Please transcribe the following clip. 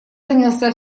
занялся